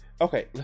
Okay